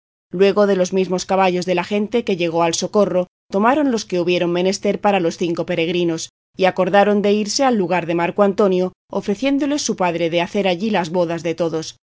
luego de los mismos caballos de la gente que llegó al socorro tomaron los que hubieron menester para los cinco peregrinos y acordaron de irse al lugar de marco antonio ofreciéndoles su padre de hacer allí las bodas de todos